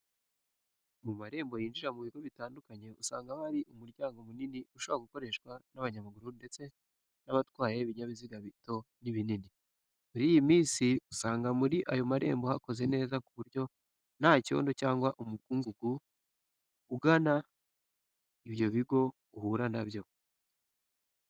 Mu marembo yinjira mu bigo bitandukanye usanga haba hari umuryango munini ushobora gukoreshwa n'abanyamaguru ndetse n'abatwaye ibinyabiziga bito n'ibinini. Muri iyi minsi usanga muri ayo marembo hakoze neza ku buryo nta cyondo cyangwa umukungugu ugana ibyo bigo ahura na byo.